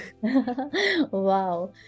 Wow